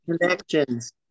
connections